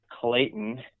Clayton